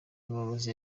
muyobozi